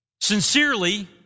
sincerely